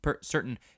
certain